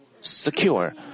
secure